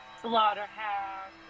slaughterhouse